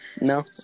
No